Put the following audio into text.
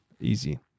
Easy